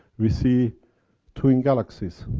we see twin galaxies.